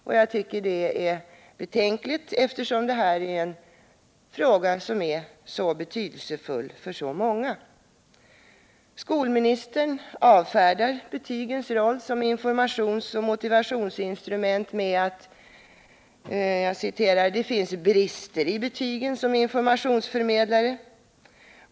Det tycker jag är betänkligt, eftersom detta är en fråga som är mycket betydelsefull för många. Skolministern avfärdar betygens roll som informationsoch motivationsinstrument med att ”det finns brister i betygen som informationsförmedlare.